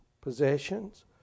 possessions